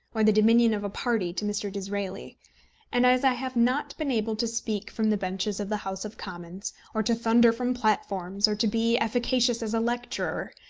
or the dominion of a party to mr. disraeli and as i have not been able to speak from the benches of the house of commons, or to thunder from platforms, or to be efficacious as a lecturer,